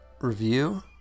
review